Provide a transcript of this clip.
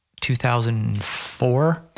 2004